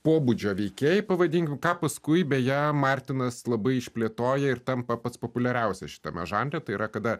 pobūdžio veikėjai pavadinkim ką paskui beje martinas labai išplėtoja ir tampa pats populiariausias šitame žanre tai yra kada